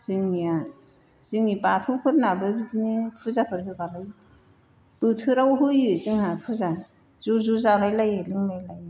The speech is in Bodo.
जोंनिया जोंनि बाथौफोरनाबो बिदिनो फुजाफोर होबानो बोथोराव होयो जोंहा फुजा ज' ज' जालायलायो लोंलायलायो